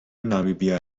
نامیبیا